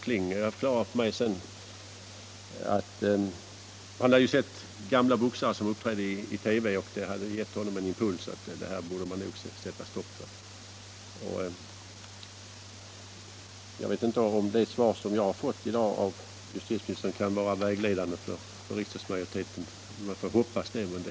Han har förklarat för mig att han hade sett gamla boxare som uppträdde i TV, och det hade givit honom im pulsen att sätta stopp för proffsboxningen. Jag vet inte om det svar jag har fått i dag av justitieministern kan vara på rätt sätt vägledande för riksdagsmajoriteten, men jag hoppas det.